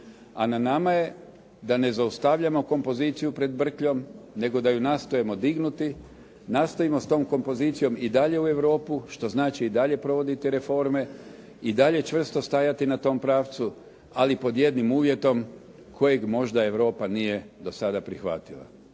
a na nama je da ne zaustavljamo kompoziciju pred brkljom, nego da je nastojimo dignuti, nastojimo s tom kompozicijom i dalje u Europu što znači i dalje provoditi reforme i dalje čvrsto stajati na tom pravcu ali pod jednim uvjetom kojeg možda Europa nije do sada prihvatila,